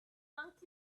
thank